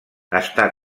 està